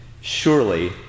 Surely